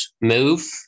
move